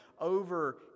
over